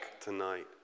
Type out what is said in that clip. tonight